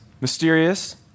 Mysterious